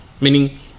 meaning